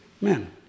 man